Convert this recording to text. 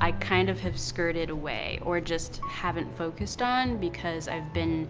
i kind of have skirted away, or just haven't focused on because i've been